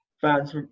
fans